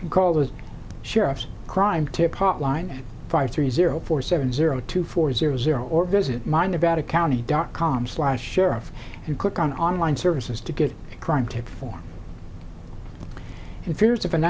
can call the sheriff's crime tip hotline five three zero four seven zero two four zero zero zero or visit my nevada county dot com slash sheriff and click on online services to get crime to perform in fears of an